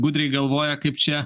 gudriai galvoja kaip čia